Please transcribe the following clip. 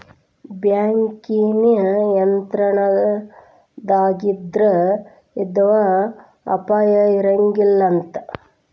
bank ನಿಯಂತ್ರಣದಾಗಿದ್ರ ಯವ್ದ ಅಪಾಯಾ ಇರಂಗಿಲಂತ್